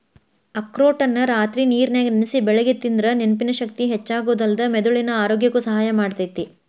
ಅಖ್ರೋಟನ್ನ ರಾತ್ರಿ ನೇರನ್ಯಾಗ ನೆನಸಿ ಬೆಳಿಗ್ಗೆ ತಿಂದ್ರ ನೆನಪಿನ ಶಕ್ತಿ ಹೆಚ್ಚಾಗೋದಲ್ದ ಮೆದುಳಿನ ಆರೋಗ್ಯಕ್ಕ ಸಹಾಯ ಮಾಡ್ತೇತಿ